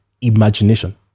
imagination